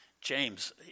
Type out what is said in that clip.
James